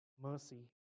mercy